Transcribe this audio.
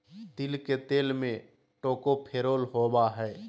तिल के तेल में टोकोफेरोल होबा हइ